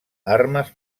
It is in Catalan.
armes